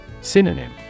Synonym